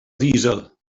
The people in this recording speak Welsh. ddiesel